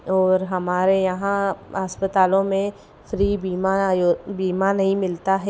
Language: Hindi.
और हमारे यहाँ अस्पतालों में श्री बीमा बीमा नहीं मिलता है